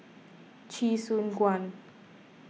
Chee Soon Juan